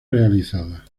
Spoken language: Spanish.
realizada